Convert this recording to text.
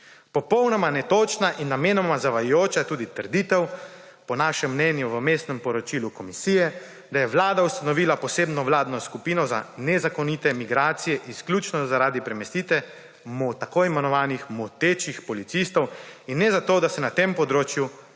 Popolnoma netočna in namenoma zavajajoča je tudi trditev, po našem mnenju, v Vmesnem poročilu komisije, da je Vlada ustanovila posebno vladno skupino za nezakonite migracije izključno zaradi premestitve tako imenovanih motečih policistov; in ne zato, da se na tem področju kaj